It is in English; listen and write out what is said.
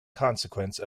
consequence